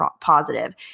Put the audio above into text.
positive